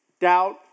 Doubt